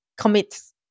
commits